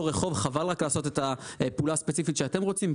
רחוב חבל לעשות את הפעולה הספציפית שאתם רוצים,